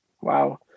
Wow